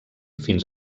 fins